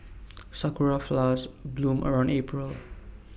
Sakura Flowers bloom around April